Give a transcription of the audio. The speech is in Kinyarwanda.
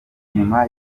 nyuma